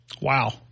Wow